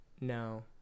No